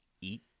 eat